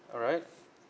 alright